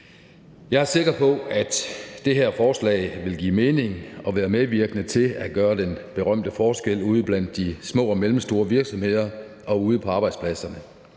Jeg er sikker på, at det her forslag vil give mening og være medvirkende til at gøre den berømte forskel ude blandt de små og mellemstore virksomheder og ude på arbejdspladserne.